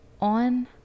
on